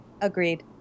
Agreed